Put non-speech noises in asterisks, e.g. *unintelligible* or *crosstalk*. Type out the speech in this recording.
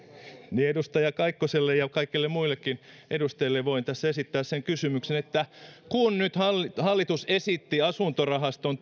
niin edustaja kaikkoselle ja kaikille muillekin edustajille voin tässä esittää sen kysymyksen kun nyt hallitus esitti asuntorahaston *unintelligible*